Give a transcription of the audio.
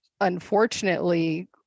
Unfortunately